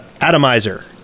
atomizer